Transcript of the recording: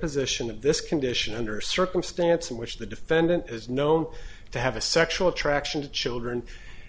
position of this condition under a circumstance in which the defendant is known to have a sexual attraction to children